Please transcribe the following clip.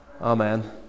Amen